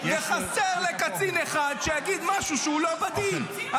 וחסר לקצין אחד שיגיד משהו שהוא לא בדין.